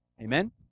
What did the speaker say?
Amen